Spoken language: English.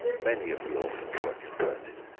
many of the orphans were converted.